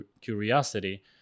curiosity